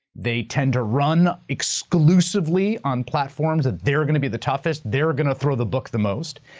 they tend to run exclusively on platforms that they're gonna be the toughest, they're gonna throw the book the most.